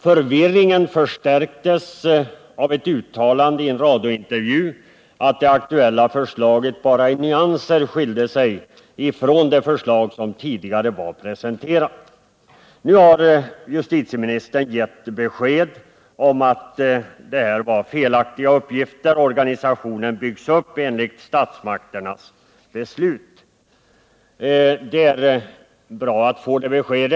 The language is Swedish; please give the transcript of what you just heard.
Förvirringen förstärktes av ett uttalande i en radiointervju att det aktuella förslaget bara i nyanser skilde sig från det förslag som tidigare var presenterat. Nu har justitieministern givit besked om att uppgifterna var felaktiga. Organisationen byggs upp enligt statsmakternas beslut. Det är bra att få detta besked.